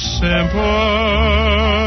simple